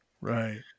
Right